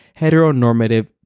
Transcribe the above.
heteronormative